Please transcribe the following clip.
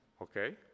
Okay